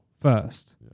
first